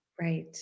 right